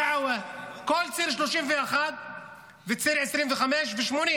סעווה, כל ציר 31 וציר 25 ו-80.